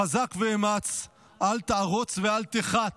"חזק ואמץ אל תַּעֲרֹץ ואל תחת